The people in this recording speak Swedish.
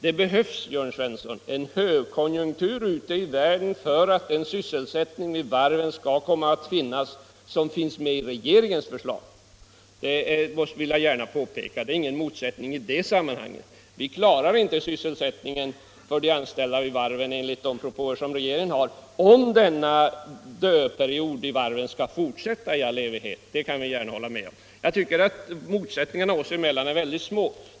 Det behövs, Jörn Svensson, en högkonjunktur ute i världen för att åstadkomma den sysselsättning i varven som regeringens förslag syftar till. Det finns inga motsättningar i det sammanhanget. Vi klarar inte sysselsättningen för de anställda vid varven enligt regeringens propåer, om denna dödperiod i varvsnäringen fortsätter i all evighet. Det kan vi gärna hålla med om. Jag tycker att motsättningarna oss emellan är väldigt små.